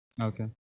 Okay